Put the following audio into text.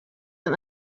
and